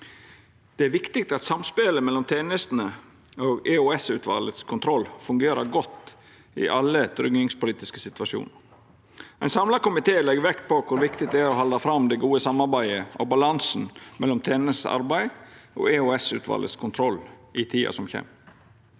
Det er viktig at samspelet mellom tenestene og EOSutvalets kontroll fungerer godt i alle tryggingspolitiske situasjonar. Ein samla komité legg vekt på kor viktig det er å halda fram det gode samarbeidet og balansen mellom tenestene sitt arbeid og EOS-utvalets kontroll i tida som kjem.